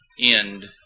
end